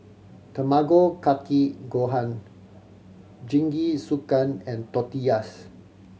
Tamago Kake Gohan Jingisukan and Tortillas